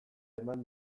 eman